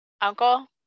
uncle